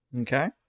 Okay